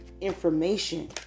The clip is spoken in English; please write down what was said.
information